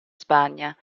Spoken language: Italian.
spagna